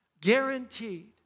guaranteed